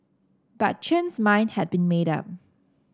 but Chen's mind had been made up